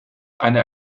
eine